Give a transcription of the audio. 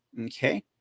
Okay